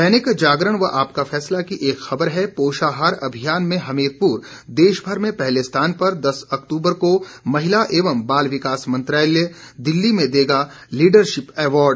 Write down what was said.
दैनिक जागरण व आपका फैसला की एक खबर है पोषाहार अभियान में हमीरपुर देश भर में पहले स्थान पर दस अक्तूबर को महिला एवं बाल विकास मंत्रालय दिल्ली में देगा लीडरशिप अवार्ड